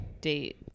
date